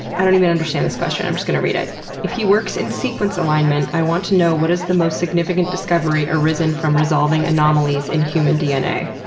i don't even understand this question. i'm just gonna read it if he works in sequence alignment, i want to know what is the most significant discovery arisen from resolving anomalies in human dna?